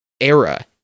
era